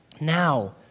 now